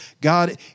God